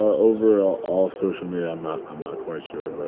ah over ah all social media, i'm not i'm not quite sure. but